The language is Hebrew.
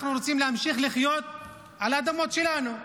אנחנו רוצים להמשיך לחיות על האדמות שלנו.